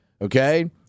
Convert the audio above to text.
Okay